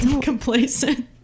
complacent